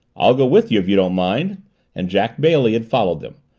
i'll go with you, if you don't mind and jack bailey had followed them,